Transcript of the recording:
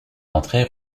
entrer